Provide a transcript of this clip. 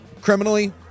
criminally